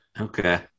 Okay